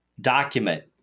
document